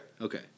Okay